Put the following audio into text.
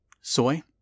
soy